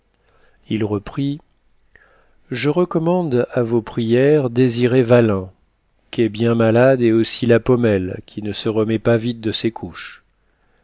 il reprit je recommande à vos prières désiré vallin qu'est bien malade et aussi la paumelle qui ne se remet pas vite de ses couches